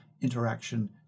interaction